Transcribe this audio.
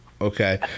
Okay